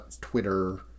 Twitter